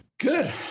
Good